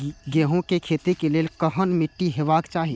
गेहूं के खेतीक लेल केहन मीट्टी हेबाक चाही?